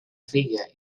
filla